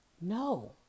No